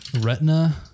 Retina